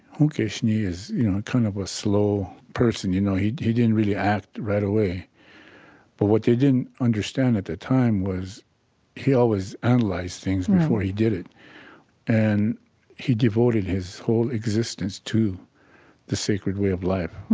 hunkesni is kind of a slow person. you know, he he didn't really act right away. but what they didn't understand at the time was he always analyzed things before he did it right and he devoted his whole existence to the sacred way of life,